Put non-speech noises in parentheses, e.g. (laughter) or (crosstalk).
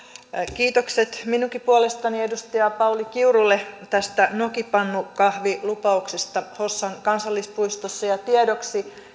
kiitokset minunkin puolestani edustaja pauli kiurulle tästä nokipannukahvilupauksesta hossan kansallispuistossa tiedoksi (unintelligible)